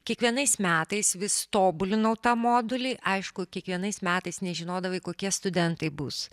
kiekvienais metais vis tobulinau tą modulį aišku kiekvienais metais nežinodavai kokie studentai bus